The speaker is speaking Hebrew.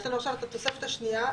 יש לנו עכשיו את התוספת השנייה.